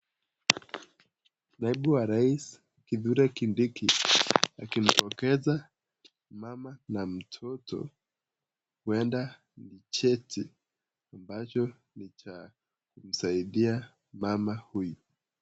Naibu wa rais Kithure Kindiki akimpokeza mama na mtoto, huenda ni cheti ambacho ni cha kumsaidia mama huyu.